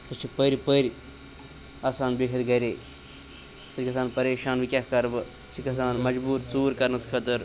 سُہ چھِ پٔرۍ پٔرۍ آسان بِہِتھ گَرے سُہ چھِ گَژھان پَریشان وۄنۍ کیٛاہ کَرٕ بہٕ سُہ تہِ چھِ گَژھان مَجبوٗر ژوٗر کَرنَس خٲطٕر